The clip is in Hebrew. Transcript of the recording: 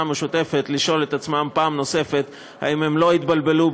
המשותפת לשאול את עצמם פעם נוספת אם הם לא התבלבלו,